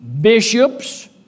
bishops